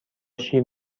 شیر